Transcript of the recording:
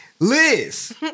Liz